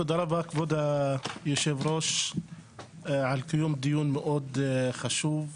תודה רבה ליושב הראש על קיום של דיון חשוב כזה.